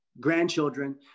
grandchildren